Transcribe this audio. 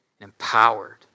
empowered